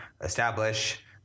establish